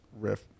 riff